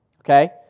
Okay